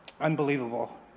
unbelievable